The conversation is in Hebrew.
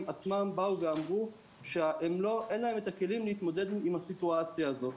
עצמם באו ואמרו שאין להם את הכלים להתמודד עם הסיטואציה הזו.